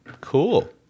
Cool